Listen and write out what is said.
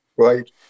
right